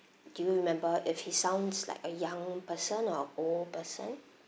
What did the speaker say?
do you remember if he sounds like a young person or a old person